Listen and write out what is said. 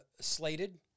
slated